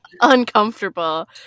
uncomfortable